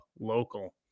local